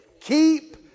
Keep